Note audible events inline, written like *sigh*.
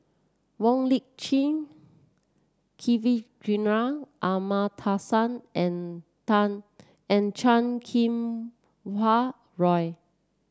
Wong Lip Chin Kavignareru Amallathasan and *unintelligible* and Chan Kum Wah Roy